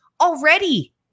already